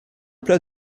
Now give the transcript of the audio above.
plat